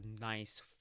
nice